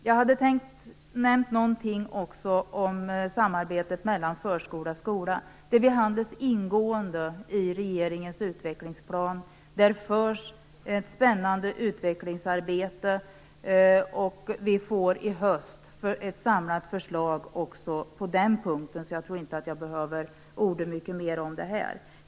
Jag hade också tänkt säga litet grand om samarbetet mellan förskolan och skolan, men det behandlas ingående i regeringens utvecklingsplan. Det handlar om ett spännande utvecklingsarbete. I höst får vi ett samlat förslag också på den punkten, så jag tror inte att jag behöver orda så mycket mera om det nu.